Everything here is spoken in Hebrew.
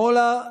שמאלה,